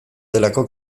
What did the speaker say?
delako